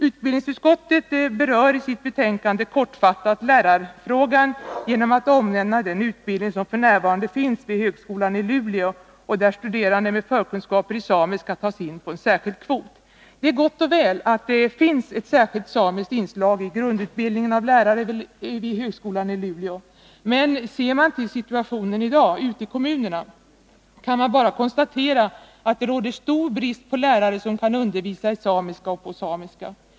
Utbildningsutskottet berör i sitt betänkande kortfattat lärarfrågan genom att omnämna den utbildning som f.n. finns vid högskolan i Luleå, där studerande med förkunskaper i samiska tas in på en särskild kvot. Det är gott och väl att det finns ett särskilt samiskt inslag i grundutbildningen av lärare vid högskolan i Luleå. Men ser man på situationen i dag ute i kommunerna kan man bara konstatera att det råder stor brist på lärare som 85 kan undervisa i samiska och på samiska.